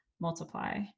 multiply